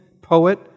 poet